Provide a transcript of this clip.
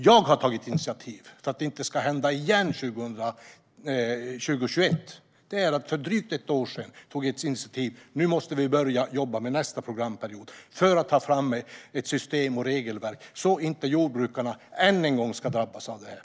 Jag har tagit initiativ för att detta inte ska hända igen 2021. För drygt ett år sedan togs ett initiativ: Nu måste vi börja jobba med nästa programperiod och ta fram ett system och ett regelverk, så att inte jordbrukarna än en gång ska drabbas av detta.